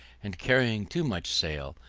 and, carrying too much sail,